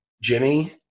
Jimmy